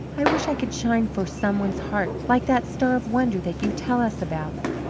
i wish i could shine for some one's heart like that star of wonder that you tell us about.